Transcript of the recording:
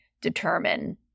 determine